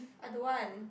I don't want